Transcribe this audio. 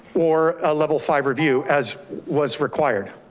or a level five review as was required.